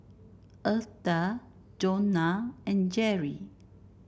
Eartha Jonna and Jerrie